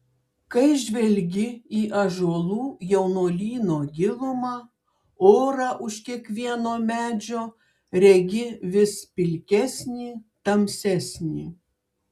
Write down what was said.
kai žvelgi į ąžuolų jaunuolyno gilumą orą už kiekvieno medžio regi vis pilkesnį tamsesnį